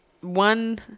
one